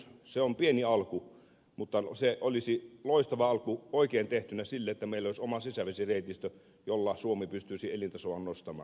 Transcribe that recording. se on pieni alku mutta se olisi loistava alku oikein tehtynä sille että meillä olisi oma sisävesireitistö jolla suomi pystyisi elintasoaan nostamaan